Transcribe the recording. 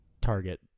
target